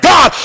God